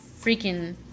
freaking